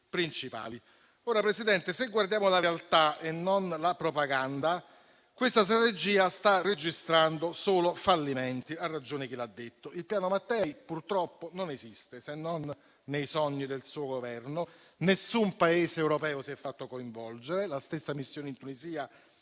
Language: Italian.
principali. Signor Presidente, se guardiamo la realtà e non la propaganda, questa strategia sta registrando solo fallimenti. Ha ragione chi l'ha detto: il Piano Mattei purtroppo non esiste, se non nei sogni del suo Governo; nessun Paese europeo si è fatto coinvolgere e la stessa missione in Tunisia